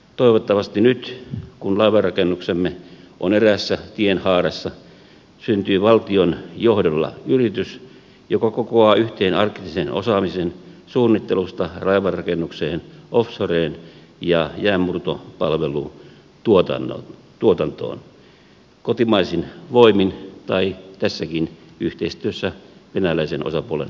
toivottavasti nyt kun laivarakennuksemme on eräässä tienhaarassa syntyy valtion johdolla yritys joka kokoaa yhteen arktisen osaamisen suunnittelusta laivanrakennukseen offshoreen ja jäänmurtopalvelutuotantoon kotimaisin voimin tai tässäkin yhteistyössä venäläisen osapuolen kanssa